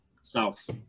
South